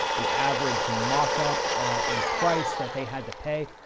the average mockup in price that they had to pay.